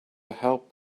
help